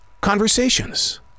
conversations